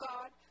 God